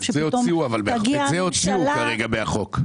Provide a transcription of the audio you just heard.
שפתאום תגיע הממשלה --- אבל את זה הוציאו מהחוק.